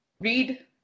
read